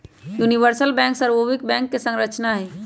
universal bank सर्वभौमिक bank संरचना हई